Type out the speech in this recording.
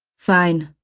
fine,